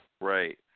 Right